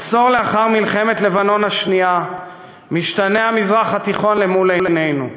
עשור לאחר מלחמת לבנון השנייה משתנה המזרח התיכון למול עינינו.